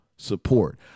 Support